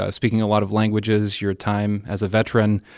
ah speaking a lot of languages, your time as a veteran.